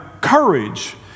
courage